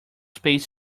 space